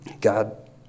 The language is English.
God